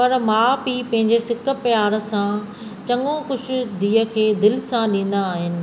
पर माउ पीउ पंहिंजे सिक प्यार सां चङो कुझु धीअ खे दिलि सां ॾींदा आहिनि